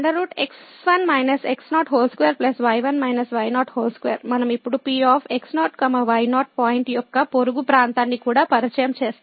మనం ఇప్పుడు P x0 y0 point యొక్క పొరుగు ప్రాంతాన్ని కూడా పరిచయం చేస్తాము